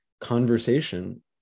conversation